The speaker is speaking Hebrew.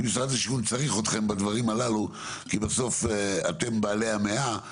כי משרד השיכון צריך אתכם בדברים הללו כי בסוף אתם בעלי המאה,